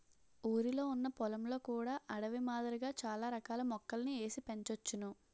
ఊరిలొ ఉన్న పొలంలో కూడా అడవి మాదిరిగా చాల రకాల మొక్కలని ఏసి పెంచోచ్చును